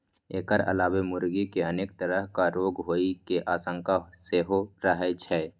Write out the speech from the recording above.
एकर अलावे मुर्गी कें अनेक तरहक रोग होइ के आशंका सेहो रहै छै